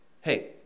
hey